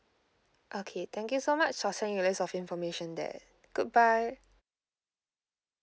okay thank you so much I'll send you your list of information there good bye